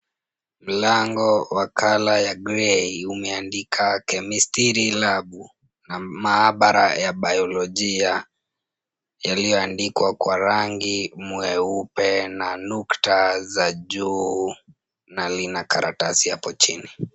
Mlango wa colour ya grey umeandikwa chemistry lab na maabara ya biolojia yaliyoandikwa kwa rangi ya nyeupe na nukta ya juu na ina karatasi hapo chini.